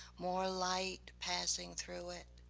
more light passing through it.